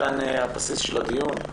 מכאן הבסיס של הדיון.